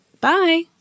Bye